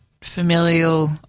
Familial